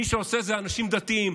מי שעושה זה אנשים דתיים.